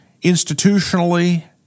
institutionally